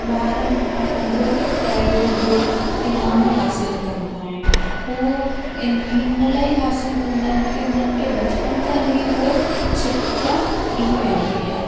ॿार ॾाढो पहिरों ॿियो इनाम हासिलु कंदा आहिनि उहो इन हिन लाइ हासिलु कंदा आहिनि कि हुननि खे बचपन सां ई उहा शिक्षा ॾिनी वेंदी आहे